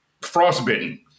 frostbitten